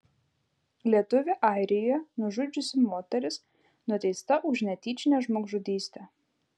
lietuvį airijoje nužudžiusi moteris nuteista už netyčinę žmogžudystę